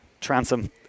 transom